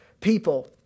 people